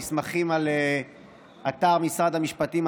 הנסמכים על אתר משרד המשפטים,